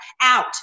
Out